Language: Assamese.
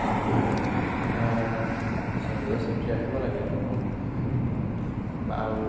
আপোনাৰ নিজৰ ছেফটি ৰাখিব লাগে আৰু